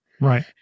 Right